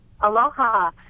Aloha